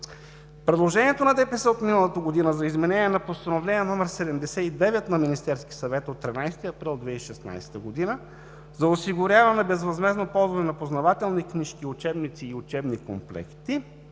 права и свободи“ от миналата година за изменение на Постановление № 79 на Министерския съвет от 13 април 2016 г. за осигуряване безвъзмездно ползване на познавателни книжки, учебници и учебни комплекти